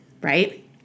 Right